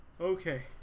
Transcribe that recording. Okay